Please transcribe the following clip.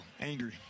angry